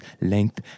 length